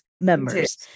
members